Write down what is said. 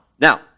Now